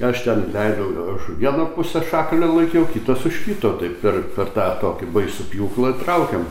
aš ten leidau aš vieną pusę šakalio laikiau kitas už kito tai per per tą tokį baisų pjūklą traukėm